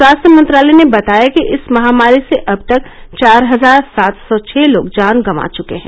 स्वास्थ्य मंत्रालय ने बताया कि इस महामारी से अब तक चार हजार सात सौ छह लोग जान गंवा चुके हैं